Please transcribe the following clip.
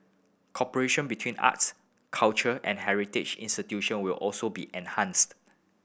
cooperation between arts culture and heritage institution will also be enhanced